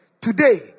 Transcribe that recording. today